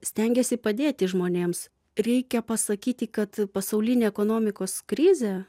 stengėsi padėti žmonėms reikia pasakyti kad pasaulinė ekonomikos krizė